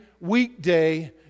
weekday